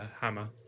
hammer